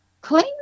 Clean